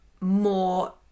more